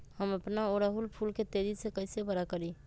हम अपना ओरहूल फूल के तेजी से कई से बड़ा करी?